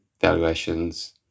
valuations